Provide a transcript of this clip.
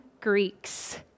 Greeks